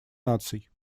наций